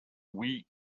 week